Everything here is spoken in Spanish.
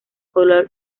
color